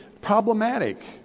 problematic